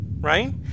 Right